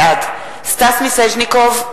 בעד סטס מיסז'ניקוב,